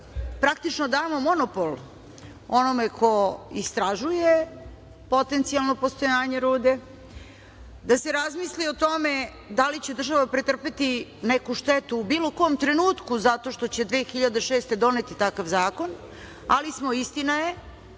praktično damo monopol onome ko istražuje potencijalno postojanje rude, da se razmisli o tome da li će država pretrpeti neku štetu u bilo kom trenutku zato što će 2006. godine doneti takav zakon, ali smo, istina je,